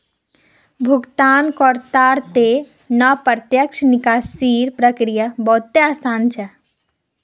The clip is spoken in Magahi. भुगतानकर्तार त न प्रत्यक्ष निकासीर प्रक्रिया बहु त आसान छेक